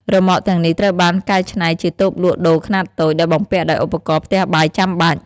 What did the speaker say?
រ៉ឺម៉កទាំងនេះត្រូវបានកែច្នៃជាតូបលក់ដូរខ្នាតតូច ដែលបំពាក់ដោយឧបករណ៍ផ្ទះបាយចាំបាច់។